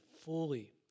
fully